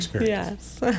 yes